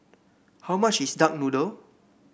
how much is Duck Noodle